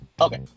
Okay